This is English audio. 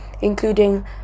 including